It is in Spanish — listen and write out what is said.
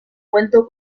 cuento